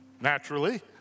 naturally